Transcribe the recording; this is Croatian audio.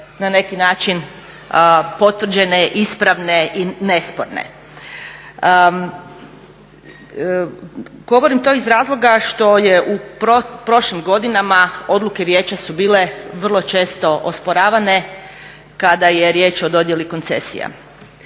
na neki način potvrđene, ispravne i nesporne. Govorim to iz razloga što je u prošlim godinama, odluke vijeća su bile vrlo često osporavane kada je riječ o dodjeli koncesija.